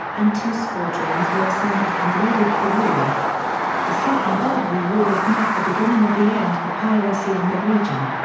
and two squadrons were assembled and readied for war the second barbary war would mark the beginning of the end for piracy in that region.